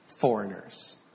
foreigners